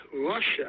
russia